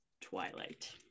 Twilight